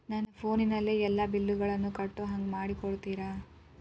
ನನ್ನ ಫೋನಿನಲ್ಲೇ ಎಲ್ಲಾ ಬಿಲ್ಲುಗಳನ್ನೂ ಕಟ್ಟೋ ಹಂಗ ಮಾಡಿಕೊಡ್ತೇರಾ?